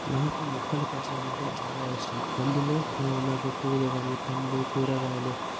నాకు మొక్కలు పెంచడం అంటే చాలా ఇష్టం అందులో నాకు పూలు కాని పండ్లు కూరగాయలు